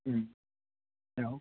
औ